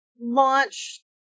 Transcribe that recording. launch